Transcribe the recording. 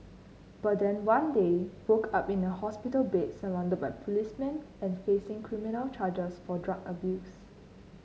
but then one day woke up in a hospital bed surrounded by policemen and facing criminal charges for drug abuse